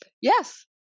yes